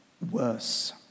worse